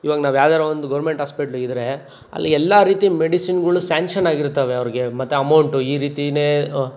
ಇವಾಗ ನಾವು ಯಾವುದಾದ್ರು ಒಂದು ಗೌರ್ಮೆಂಟ್ ಆಸ್ಪಿಟ್ಲ್ ಇದ್ರೆ ಅಲ್ಲಿ ಎಲ್ಲ ರೀತಿಯ ಮೆಡಿಸಿನ್ಗಳು ಸ್ಯಾಂಕ್ಷನ್ ಆಗಿರ್ತವೆ ಅವರಿಗೆ ಮತ್ತು ಅಮೌಂಟು ಈ ರೀತಿ